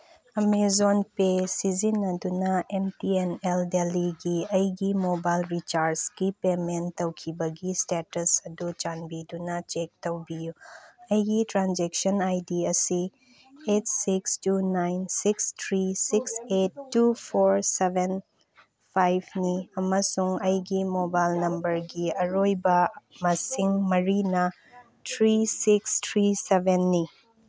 Amazon pay ꯁꯤꯖꯤꯟꯅꯗꯨꯅ M T N L ꯗꯦꯜꯂꯤꯒꯤ ꯑꯩꯒꯤ ꯃꯣꯕꯥꯏꯜ ꯔꯤꯆꯥꯔꯖꯀꯤ ꯄꯦꯃꯦꯟ ꯇꯧꯈꯤꯕꯒꯤ ꯏꯁꯇꯦꯇꯁ ꯑꯗꯨ ꯆꯥꯟꯕꯤꯗꯨꯅ ꯆꯦꯛ ꯇꯧꯕꯤꯌꯨ ꯑꯩꯒꯤ ꯇ꯭ꯔꯥꯟꯖꯦꯛꯁꯟ ꯑꯥꯏ ꯗꯤ ꯑꯁꯤ eight six two nine six three six eight two four seven ꯐꯥꯏꯚꯅꯤ ꯑꯃꯁꯨꯡ ꯑꯩꯒꯤ ꯃꯣꯕꯥꯏꯜ ꯅꯝꯕꯔꯒꯤ ꯑꯔꯣꯏꯕ ꯃꯁꯤꯡ ꯃꯔꯤꯅ ꯊ꯭ꯔꯤ ꯁꯤꯛꯁ ꯊ꯭ꯔꯤ ꯁꯚꯦꯟꯅꯤ